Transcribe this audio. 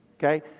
Okay